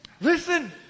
Listen